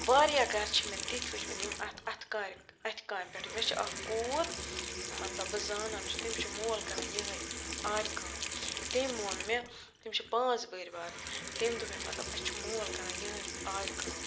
واریاہ گَرٕ چھِ مےٚ تِتھۍ وٕچھمٕتۍ یِم اَتھ اَتھٕ کا اَتھِ کامہِ پٮ۪ٹھٕے مےٚ چھِ اَکھ کوٗر مَطلَب بہٕ زانَن سُہ تٔمِس چھُ مول کَران یِہوٚے آرِ کٲم تٔمۍ ووٚن مےٚ تِم چھِ پانٛژھ بٔرۍ بارٕنۍ تٔمۍ دوٚپ مےٚ مَطلب اَسہِ چھُ مول کَران یِہوٚے آرِ کٲم